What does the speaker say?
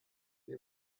wir